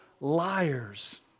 liars